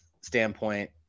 standpoint